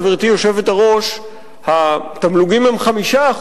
גברתי היושבת-ראש, בים-המלח התמלוגים הם 5%,